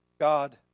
God